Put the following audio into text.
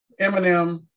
Eminem